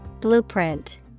Blueprint